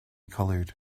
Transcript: colored